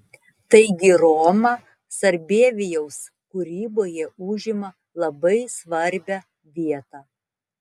taigi roma sarbievijaus kūryboje užima labai svarbią vietą